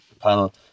panel